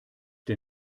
der